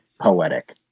poetic